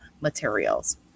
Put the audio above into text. materials